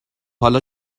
حالا